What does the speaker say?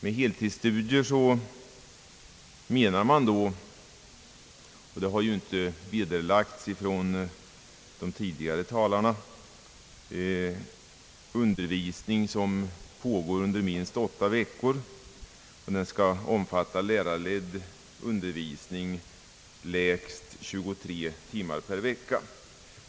Med heltidsstudier menar man då, och det har inte vederlagts av de föregående talarna, undervisning som bedrives under minst åtta veckor och omfattar lärarledd undervisning minst 23 timmar per vecka.